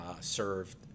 served